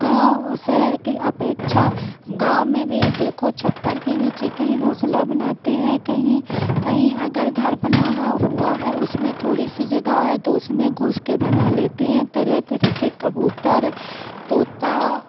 गाँव शहर के अपेक्षा गाँव में भी देखो छप्पर के नीचे कहीं घोसला बनाते हैं कहीं कहीं अगर घर बना है हुआ है उसमें थोड़ी सी जगह है तो उसमें घुस कर बना लेते हैं तरह तरह के कबूतर तोता